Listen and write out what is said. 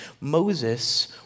Moses